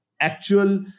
actual